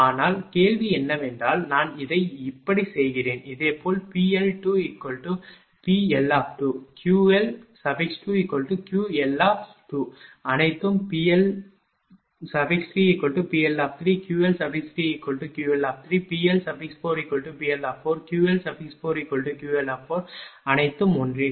ஆனால் கேள்வி என்னவென்றால் நான் இதை இப்படி செய்கிறேன் இதேபோல்PL2PL2 QL2QL அனைத்தும் PL3PL3 QL3QL3PL4PL4QL4QL அனைத்தும் ஒன்றே